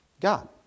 God